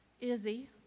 Izzy